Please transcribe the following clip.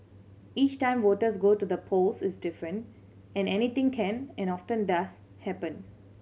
each time voters go to the polls is different and anything can and often does happen